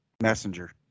Messenger